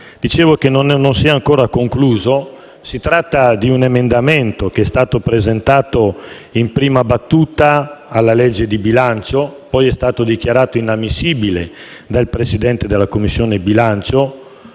vicenda non si è ancora conclusa. Si tratta di un emendamento che è stato presentato in prima battuta al disegno di legge di bilancio, poi dichiarato inammissibile dal Presidente della Commissione bilancio.